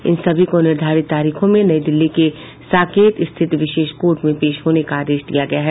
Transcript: इन सभी को निर्धारित तारीखों में नई दिल्ली के साकेत स्थित विशेष कोर्ट में पेश होने का आदेश दिया गया है